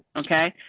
okay.